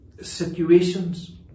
situations